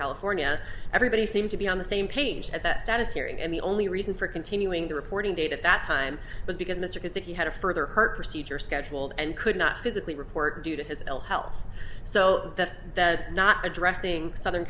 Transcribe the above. california everybody seemed to be on the same page at that status hearing and the only reason for continuing the reporting date at that time was because mr is that he had a further hurt procedure scheduled and could not physically report due to his ill health so that that not addressing southern